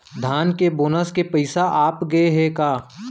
धान के बोनस के पइसा आप गे हे का?